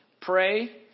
pray